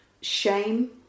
shame